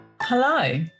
Hello